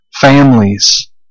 families